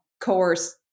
coerce